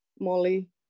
Molly